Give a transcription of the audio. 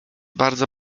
bardzo